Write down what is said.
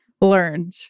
learned